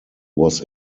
was